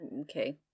Okay